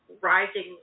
rising